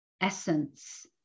essence